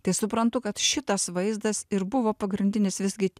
tai suprantu kad šitas vaizdas ir buvo pagrindinis visgi